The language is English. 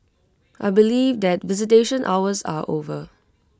I believe that visitation hours are over